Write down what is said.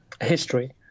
history